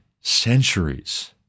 centuries